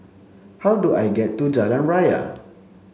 how do I get to Jalan Raya